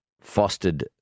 fostered